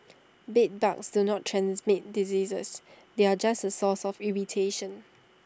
bedbugs do not transmit diseases they are just A source of irritation